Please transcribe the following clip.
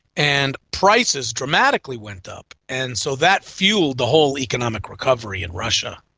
and prices dramatically went up, and so that fuelled the whole economic recovery in russia.